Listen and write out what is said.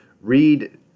read